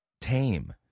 tame